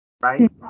right